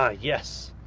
ah yes,